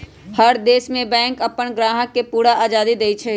हर देश में बैंक अप्पन ग्राहक के पूरा आजादी देई छई